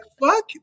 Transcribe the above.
fuck